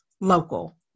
local